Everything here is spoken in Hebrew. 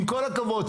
עם כל הכבוד,